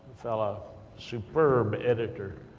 fella, a superb editor,